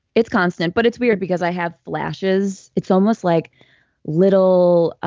it's constant. but it's weird because i have flashes. it's almost like little